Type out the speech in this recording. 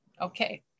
okay